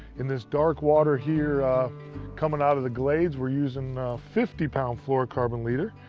in this dark water here coming out of the glades, we're using fifty pound fluorocarbon leader.